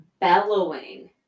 bellowing